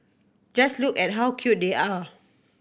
just look at how cute they are